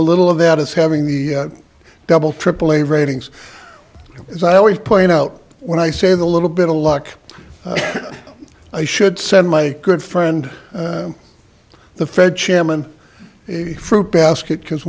a little of that is having the double triple a ratings as i always point out when i say the little bit of luck i should send my good friend the fed chairman a fruit basket because